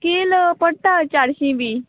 किल पडटा चारशीं बी